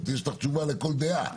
יש לך תשובה לכל דעה.